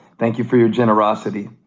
thank you for your generosity.